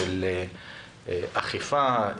האכיפה,